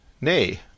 Nay